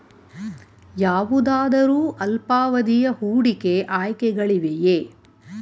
ಯಾವುದಾದರು ಅಲ್ಪಾವಧಿಯ ಹೂಡಿಕೆ ಆಯ್ಕೆಗಳಿವೆಯೇ?